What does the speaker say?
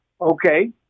okay